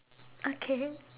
okay